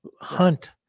hunt